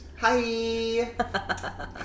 hi